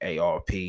ARP